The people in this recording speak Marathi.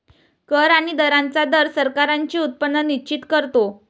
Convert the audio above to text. कर आणि दरांचा दर सरकारांचे उत्पन्न निश्चित करतो